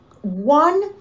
one